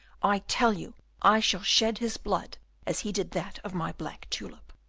i tell you i shall shed his blood as he did that of my black tulip.